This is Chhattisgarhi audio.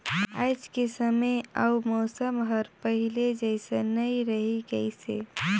आयज के समे अउ मउसम हर पहिले जइसन नइ रही गइस हे